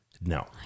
No